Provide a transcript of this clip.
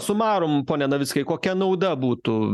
sumarum pone navickai kokia nauda būtų